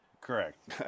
Correct